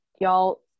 y'all